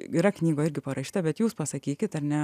yra knygoj irgi parašyta bet jūs pasakykit ar ne